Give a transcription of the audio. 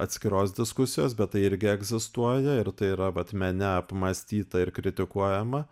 atskiros diskusijos bet tai irgi egzistuoja ir tai yra vat mene apmąstyta ir kritikuojama